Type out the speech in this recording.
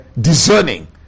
discerning